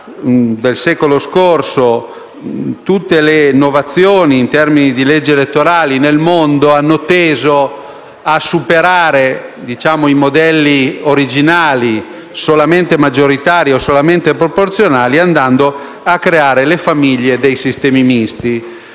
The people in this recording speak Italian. del secolo scorso tutte le innovazioni in tema di leggi elettorali nel mondo sono state tese a superare i modelli originali, solamente maggioritario o solamente proporzionale, per creare le famiglie dei sistemi misti